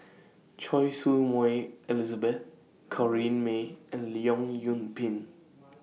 Choy Su Moi Elizabeth Corrinne May and Leong Yoon Pin